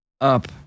up